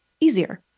easier